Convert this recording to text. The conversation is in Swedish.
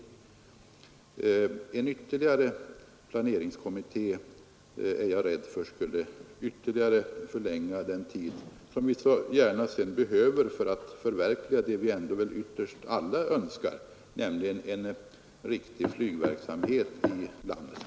Jag är rädd för att ännu en planeringskommitté skulle ytterligare förlänga den tid som vi sedan behöver för att förverkliga det vi ändå ytterst alla önskar, nämligen en riktig flygverksamhet i landet.